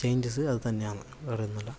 changes അത് തന്നെയാന്ന് വേറെ ഒന്നുമല്ല